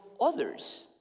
others